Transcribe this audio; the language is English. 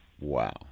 Wow